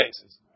cases